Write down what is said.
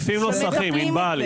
הוספנו את זה.